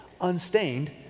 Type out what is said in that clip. unstained